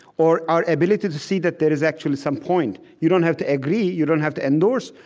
or our ability to see that there is actually some point. you don't have to agree you don't have to endorse.